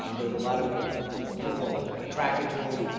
um there was a lot of people attracted to him.